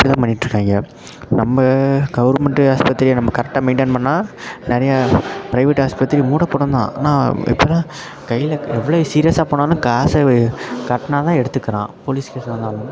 இப்படி தான் பண்ணிகிட்ருக்காங்க நம்ம கவர்மெண்டு ஆஸ்பத்திரியை நம்ம கரெக்டாக மெயின்டெயின் பண்ணால் நிறையா ப்ரைவேட் ஆஸ்பத்திரி மூடப்படும் தான் ஆனால் இப்பெலாம் கையில் எவ்வளோ சீரியஸாக போனாலும் காசை வெ கட்டினா தான் எடுத்துக்கிறான் போலீஸ் கேஸ்சாக இருந்தாலுமே